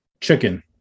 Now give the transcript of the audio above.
chicken